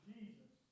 Jesus